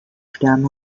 sterne